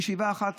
בישיבה אחת